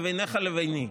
לבינך וביני?